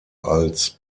als